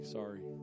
Sorry